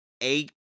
eight